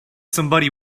somebody